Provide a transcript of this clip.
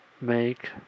make